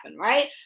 right